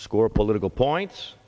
score political points